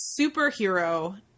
superhero